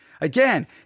Again